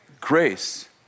Grace